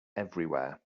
everywhere